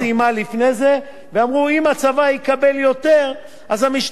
אם הצבא יקבל יותר אז המשטרה תצטרך להיות מוצמדת.